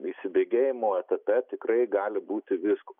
įsibėgėjimo etape tikrai gali būti visko